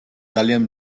ძალიან